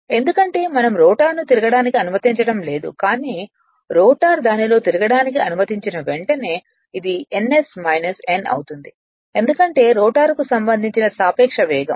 ఎందుకంటే మనం రోటర్ను తిరగడానికి అనుమతించడం లేదు కానీ రోటర్ దానిలో తిరగడానికి అనుమతించిన వెంటనే ఇది ns n అవుతుంది ఎందుకంటే రోటర్కు సంబంధించిన సాపేక్ష వేగం